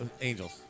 Angels